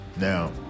Now